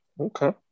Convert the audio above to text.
Okay